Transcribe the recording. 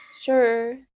sure